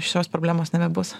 šios problemos nebebus